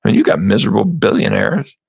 and you've got miserable billionaires.